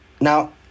Now